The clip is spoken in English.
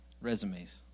resumes